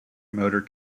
motor